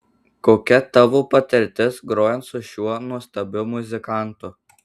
kokia tavo patirtis grojant su šiuo nuostabiu muzikantu